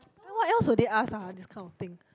then what else will they ask ah this kind of thing